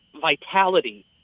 vitality